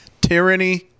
tyranny